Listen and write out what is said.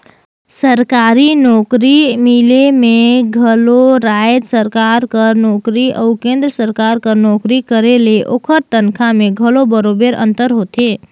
सरकारी नउकरी मिले में घलो राएज सरकार कर नोकरी अउ केन्द्र सरकार कर नोकरी करे ले ओकर तनखा में घलो बरोबेर अंतर होथे